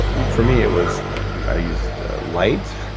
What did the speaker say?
for me it was i used light,